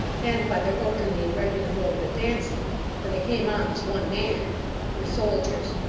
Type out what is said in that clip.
and by their orderly and regular mode of advancing for they came on as one man were soldiers.